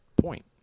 point